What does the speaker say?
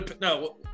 No